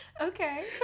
Okay